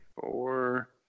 four